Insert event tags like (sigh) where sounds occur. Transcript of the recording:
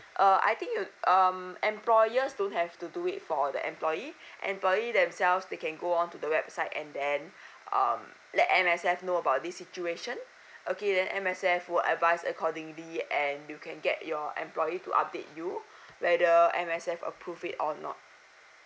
uh I think you um employers don't have to do it for the employee (breath) employee themselves they can go on to the website and then (breath) uh let M_S_F know about this situation (breath) okay then M_S_F will advice accordingly and you can get your employee to update you (breath) whether M_S_F approve it or not